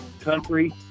country